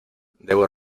debo